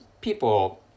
people